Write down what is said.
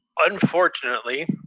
unfortunately